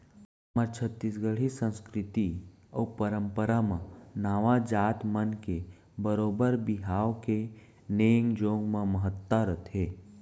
हमर छत्तीसगढ़ी संस्कृति अउ परम्परा म नाऊ जात मन के बरोबर बर बिहाव के नेंग जोग म महत्ता रथे